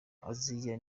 aziya